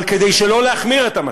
אבל כדי שלא להחמיר את המצב,